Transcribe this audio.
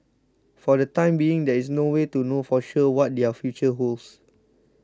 for the time being there is no way to know for sure what their future holds